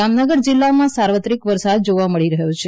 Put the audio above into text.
જામનગર જિલ્લામાં સાર્વત્રિક વરસાદ જોવા મળી રહ્યો છે